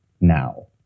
Now